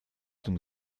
zum